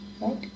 right